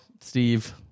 Steve